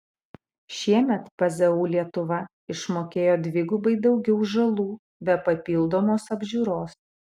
šiemet pzu lietuva išmokėjo dvigubai daugiau žalų be papildomos apžiūros